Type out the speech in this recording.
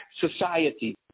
society –